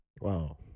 Wow